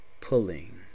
pulling